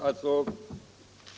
Herr talman!